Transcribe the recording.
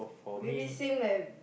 maybe same like